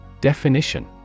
Definition